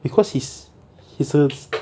because he's he serves